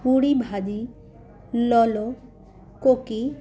पूड़ी भाॼी लोलो कोकी